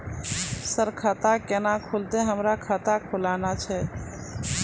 Sir खाता केना खुलतै, हमरा खाता खोलवाना छै?